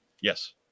Yes